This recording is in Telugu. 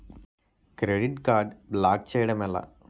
క్రెడిట్ కార్డ్ బ్లాక్ చేయడం ఎలా?